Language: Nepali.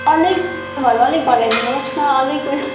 अलिक अलिक घटाइदिनुहोस् न अलिक उयो